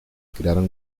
crearon